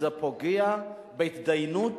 פוגע בהתדיינות